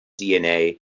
DNA